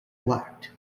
lacked